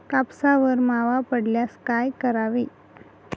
कापसावर मावा पडल्यास काय करावे?